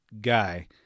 guy